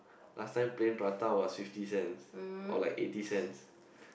last time plain prata was fifty cents or like eighty cents